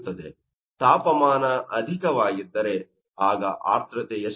ಆದ್ದರಿಂದ ತಾಪಮಾನ ಅಧಿಕವಾಗಿದ್ದರೆ ಆಗ ಆರ್ದ್ರತೆ ಏಷ್ಟು